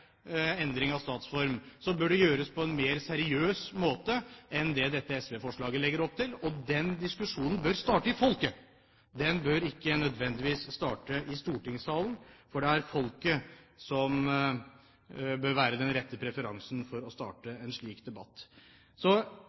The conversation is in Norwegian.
endring av statsform, bør det gjøres på en mer seriøs måte enn det dette SV-forslaget legger opp til. Den diskusjonen bør starte i folket; den bør ikke nødvendigvis starte i stortingssalen. Det er folket som bør være den rette referansen for å starte en slik debatt.